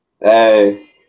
Hey